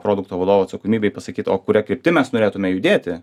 produkto vadovo atsakomybei pasakyt o kuria kryptim mes norėtume judėti